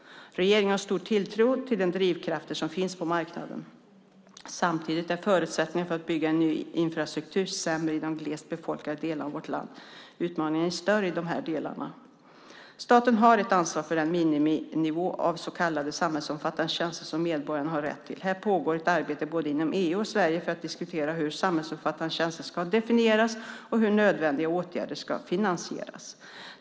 Regeringen har stor tilltro till de drivkrafter som finns på marknaden. Samtidigt är förutsättningarna för att bygga ut ny infrastruktur sämre i de glest befolkade delarna av vårt land. Utmaningen är större i dessa delar. Staten har ett ansvar för den miniminivå av så kallade samhällsomfattande tjänster som medborgarna har rätt till. Här pågår ett arbete både inom EU och Sverige för att diskutera hur samhällsomfattande tjänster ska definieras och hur nödvändiga åtgärder ska finansieras.